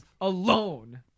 Alone